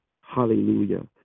hallelujah